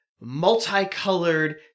multicolored